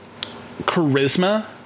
charisma